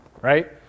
right